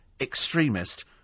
extremist